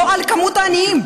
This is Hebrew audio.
לא מספר העניים,